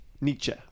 Nietzsche